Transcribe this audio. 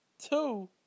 Two